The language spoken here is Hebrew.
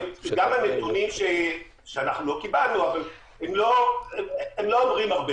גם הנתונים שאנחנו לא קיבלנו לא אומרים הרבה.